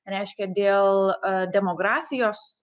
reiškia dėl demografijos